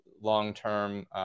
long-term